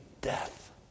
death